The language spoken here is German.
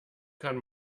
kann